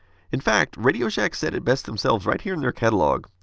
in fact, radio shack said it best themselves right here in their catalog.